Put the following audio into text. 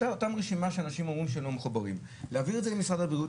אותה רשימה של אנשים שאומרים שלא מחוברים להעביר את זה למשרד הבריאות,